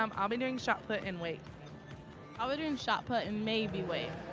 um i'll be doing shot put and weights. i'll be doing shot put and maybe weights.